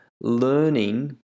learning